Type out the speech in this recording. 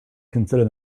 consider